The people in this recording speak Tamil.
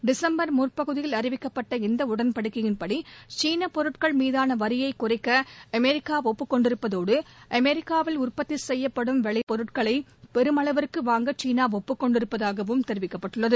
டிசம்பர் முற்பகுதியில் அறிவிக்கப்பட்ட இந்தஉடன்படிக்கையின்படி சீனபொருட்கள் மீதானவரியைகுறைக்கஅமெரிக்காஷப்புக் கொண்டிருப்பதோடு அமெரிக்காவில் உற்பத்திசெய்யப்படும் விளைப் பொருட்களைபெருமளவிற்குவாங்க சீனாஒப்புக் கொண்டிருப்பதாகவும் தெரிவிக்கப்பட்டுள்ளது